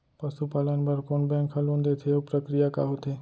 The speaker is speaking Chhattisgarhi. पसु पालन बर कोन बैंक ह लोन देथे अऊ प्रक्रिया का होथे?